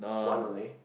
one only